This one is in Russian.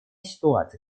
ситуации